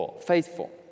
Faithful